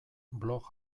blog